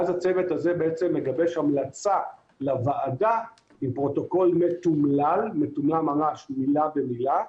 ואז הצוות הזה בעצם מגבש המלצה לוועדה עם פרוטוקול מתומלל מילה במילה.